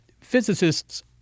Physicists